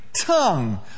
tongue